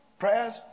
prayers